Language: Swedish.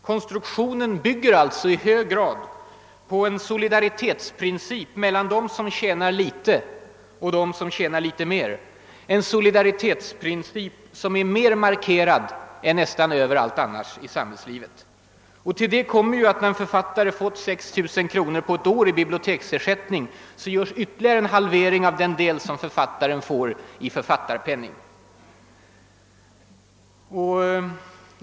Konstruktionen bygger alltså i hög grad på en solidaritetsprincip mellan dem som tjänar litet och dem som tjänar litet mer, en solidaritetsprincip som här är mer markerad än nästan överallt annars i samhällslivet. Till detta kommer enligt vårt förslag, att när en författare fått 6 000 kronor på ett år i biblioteksersättning, görs ytterligare en halvering av den del som författaren får i s.k. författarpenning.